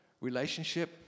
relationship